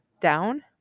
down